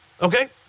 Okay